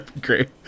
Great